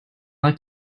like